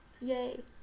Yay